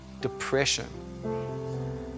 depression